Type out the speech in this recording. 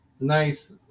nice